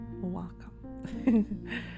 welcome